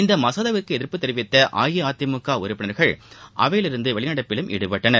இந்த மசோதாவிற்கு எதிர்ப்பு தெரிவித்த அஇஅதிமுக உறுப்பினர்கள் அவையில் இருந்து வெளிநடப்பிலும் ஈடுபட்டனர்